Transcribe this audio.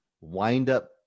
wind-up